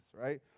right